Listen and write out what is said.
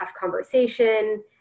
conversation